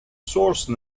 source